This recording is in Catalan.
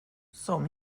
som